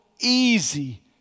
easy